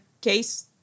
case